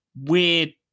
weird